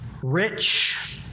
rich